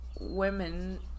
women